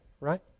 Right